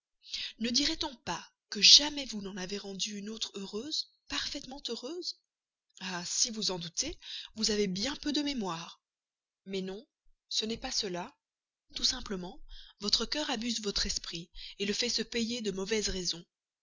ne dirait-on pas que jamais vous n'en avez rendu une autre heureuse parfaitement heureuse ah si vous en doutez vous avez bien peu de mémoire mais non ce n'est pas cela tout simplement votre cœur abuse votre esprit le fait se payer de mauvaises raisons